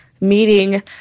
meeting